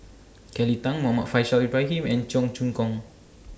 Kelly Tang Muhammad Faishal Ibrahim and Cheong Choong Kong